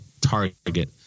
target